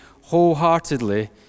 wholeheartedly